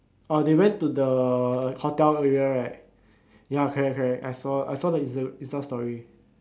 orh they went to the hotel area right ya correct correct I saw I saw the instag~ insta story